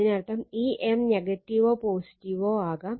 അതിനർത്ഥം ഈ M നെഗറ്റീവോ പോസിറ്റീവോ ആവാം